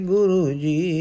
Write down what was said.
Guruji